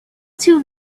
too